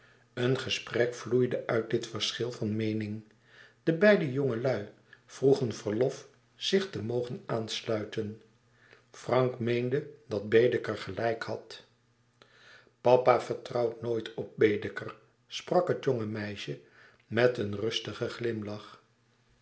een gesprek vloeide uit dit verschil van meening de beide jongelui vroegen verlof zich te mogen aansluiten frank meende dat baedeker gelijk had papa vertrouwt nooit op baedeker sprak het jonge meisje met een rustigen glimlach